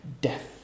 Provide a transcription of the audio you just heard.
Death